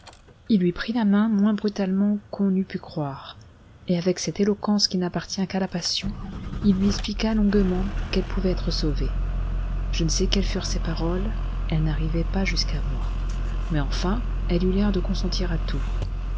il lui prit la main moins brutalement qu'on eût pu croire et avec cette éloquence qui n'appartient qu'à la passion il lui expliqua longuement qu'elle pouvait être sauvée je ne sais quelles furent ses paroles elles n'arrivaient pas jusqu'à moi mais enfin elle eut l'air de consentir à tout